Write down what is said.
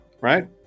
right